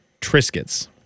Triscuits